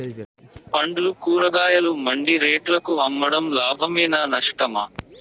పండ్లు కూరగాయలు మండి రేట్లకు అమ్మడం లాభమేనా నష్టమా?